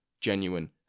genuine